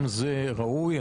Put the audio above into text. גם זה ראוי.